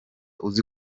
uzi